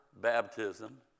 baptism